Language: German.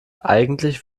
eigentlich